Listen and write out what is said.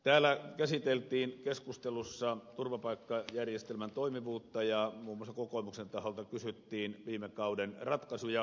täällä käsiteltiin keskustelussa turvapaikkajärjestelmän toimivuutta ja muun muassa kokoomuksen taholta kysyttiin viime kauden ratkaisuja